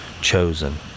chosen